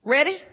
Ready